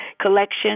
collection